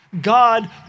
God